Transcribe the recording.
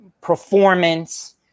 performance